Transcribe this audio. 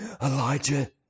Elijah